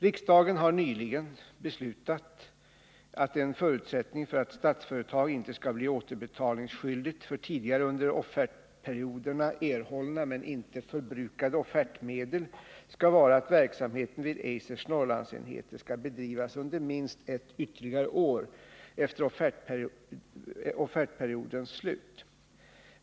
Riksdagen har nyligen beslutat att en förutsättning för att Statsföretag inte skall bli återbetalningsskyldigt för tidigare under offertperioderna erhållna men inte förbrukade offertmedel skall vara att verksamheten vid Eisers Norrlandsenheter skall bedrivas under ytterligare minst ett år efter offertperiodens slut.